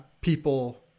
people